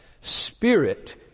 Spirit